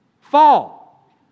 Fall